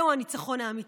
זה הניצחון האמיתי,